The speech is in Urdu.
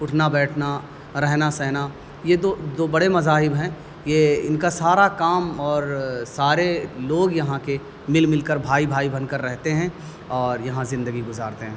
اٹھنا بیٹھنا رہنا سہنا یہ دو دو بڑے مذاہب ہیں یہ ان کا سارا کام اور سارے لوگ یہاں کے مل مل کر بھائی بھائی بن کر رہتے ہیں اور یہاں زندگی گزارتے ہیں